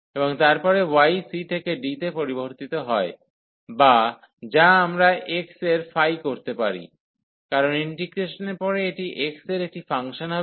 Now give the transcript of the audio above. এবং তারপরে y c থেকে d তে পরিবর্তিত হয় বা যা আমরা x এর ফাই করতে পারি কারণ ইন্টিগ্রেশনের পরে এটি x এর একটি ফাংশন হবে